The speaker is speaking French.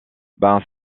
ben